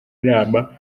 inama